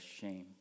shame